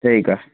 ठीकु आहे